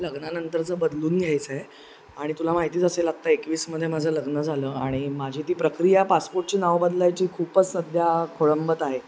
ल लग्नानंतरचं बदलून घ्यायचंय आणि तुला माहितीच असेल आत्ता एकवीसमध्ये माझं लग्न झालं आणि माझी ती प्रक्रिया पासपोर्टची नाव बदलायची खूपच सध्या खोळंबत आहे